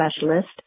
Specialist